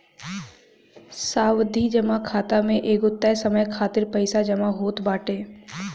सावधि जमा खाता में एगो तय समय खातिर पईसा जमा होत बाटे